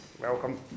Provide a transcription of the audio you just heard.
Welcome